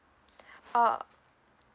oh